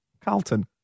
Carlton